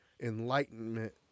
enlightenment